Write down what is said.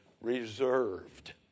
Reserved